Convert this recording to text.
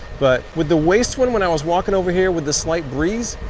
but with the waist one when i was walking over here with the slight breeze,